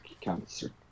cancer